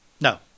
No